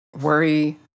worry